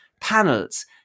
panels